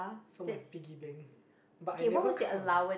so my piggy banks but I never count